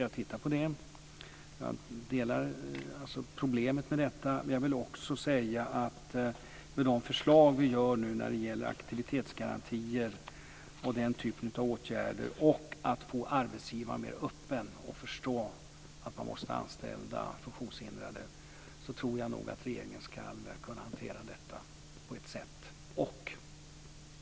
Jag delar synen på problemet med det här. Men jag vill också säga att med de förslag som vi lägger fram nu när det gäller aktivitetsgarantier och den typen av åtgärder, samt att få arbetsgivaren mer öppen och förstå sina anställda funktionshindrade tror jag nog att regeringen ska kunna hantera detta på ett bra sätt.